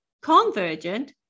convergent